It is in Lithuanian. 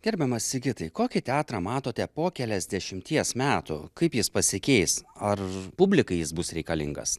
gerbiamas sigitai kokį teatrą matote po keliasdešimties metų kaip jis pasikeis ar publikai jis bus reikalingas